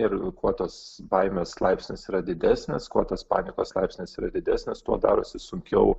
ir kuo tas baimės laipsnis yra didesnis kuo tas panikos laipsnis yra didesnis tuo darosi sunkiau